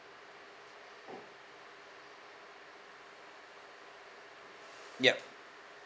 yup